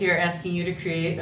here asking you to create